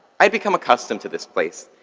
i'd become accustomed to this place,